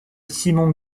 simon